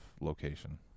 location